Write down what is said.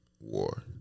war